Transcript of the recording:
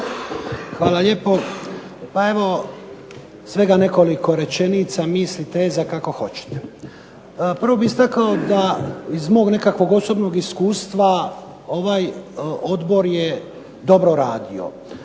Hvala lijepo. Pa evo svega nekoliko rečenica, misli, teza kako hoćete. Prvo bih istakao da iz mog nekakvog osobnog iskustva ovaj odbor je dobro radio.